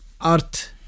art